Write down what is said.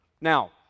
Now